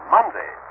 Monday